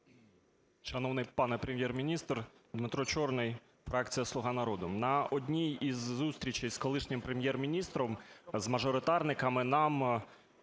Дякую.